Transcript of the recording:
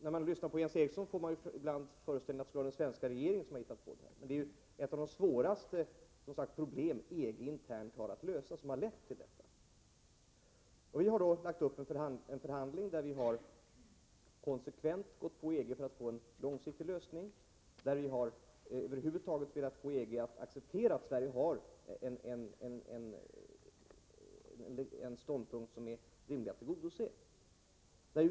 När man lyssnar på Jens Eriksson, får man det intrycket att den svenska regeringen skulle ha hittat på detta. Men det är som bekant ett av de svåraste problem som EG internt har att lösa som har lett till detta. Vi har lagt upp förhandlingarna så att vi konsekvent har gått på EG för att få en långsiktig lösning. Vi har över huvud taget velat få EG att acceptera att Sverige intar en ståndpunkt, som det är rimligt att biträda.